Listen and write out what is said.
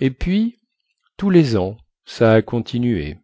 et puis tous les ans ça a continué